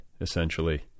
essentially